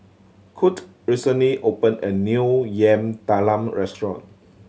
Kurt recently opened a new Yam Talam restaurant